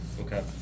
Okay